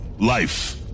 Life